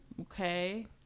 okay